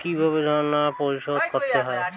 কিভাবে ঋণ পরিশোধ করতে হবে?